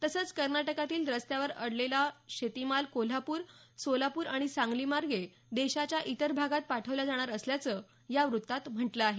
तसंच कर्नाटकातील रस्त्यावर अडकलेला शेतीमाल कोल्हापूर सोलापूर आणि सांगलीमार्गे देशाच्या इतर भागात पाठवल्या जाणार असल्याचं या वृत्तात म्हटलं आहे